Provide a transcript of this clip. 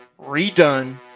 Redone